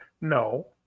No